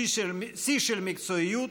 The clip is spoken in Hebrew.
שיא של מקצועיות,